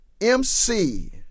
MC